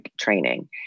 training